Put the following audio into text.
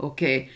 Okay